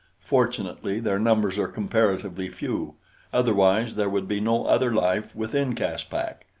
fortunately their numbers are comparatively few otherwise there would be no other life within caspak.